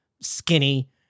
skinny